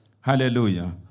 Hallelujah